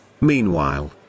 Meanwhile